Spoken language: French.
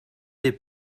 des